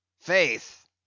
Faith